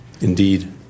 indeed